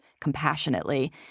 compassionately